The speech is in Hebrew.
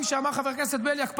כפי שאמר חבר הכנסת בליאק,